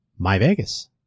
MyVegas